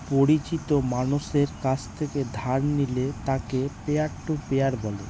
পরিচিত মানষের কাছ থেকে ধার নিলে তাকে পিয়ার টু পিয়ার বলে